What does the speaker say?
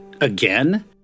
again